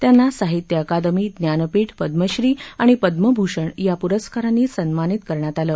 त्यांना साहित्य अकादमी ज्ञानपीठ पद्मश्री आणि पद्मभूषण या प्रस्कारांनी सन्मानित करण्यात आलं